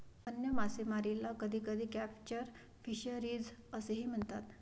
वन्य मासेमारीला कधीकधी कॅप्चर फिशरीज असेही म्हणतात